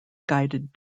guided